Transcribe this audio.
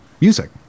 music